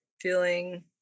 feeling